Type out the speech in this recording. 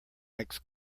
makes